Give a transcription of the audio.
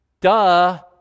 duh